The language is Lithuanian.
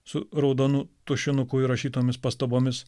su raudonu tušinuku įrašytomis pastabomis